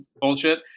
bullshit